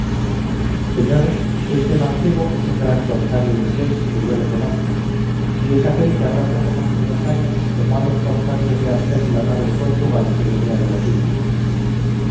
señores este mancebo es un gran corsario inglés que yo le conozco y es aquel que habrá poco más de dos años tomó a los corsarios de argel la nave de portugal que venía de las indias